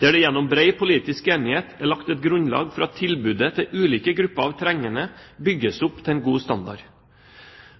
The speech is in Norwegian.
der det gjennom bred politisk enighet er lagt et grunnlag for at tilbudet til ulike grupper av trengende bygges opp til en god standard.